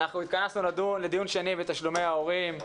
התכנסנו לדיון שני בתשלומי ההורים.